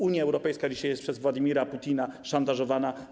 Unia Europejska dzisiaj jest przez Władimira Putina szantażowana.